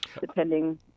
depending